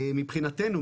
מבחינתנו,